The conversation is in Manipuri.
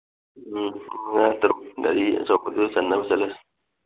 ꯎꯝ ꯃꯤ ꯃꯉꯥ ꯇꯔꯨꯛ ꯒꯥꯔꯤ ꯑꯆꯧꯕꯗꯨꯗ ꯆꯟꯅꯕ ꯆꯠꯂꯁꯤ